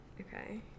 Okay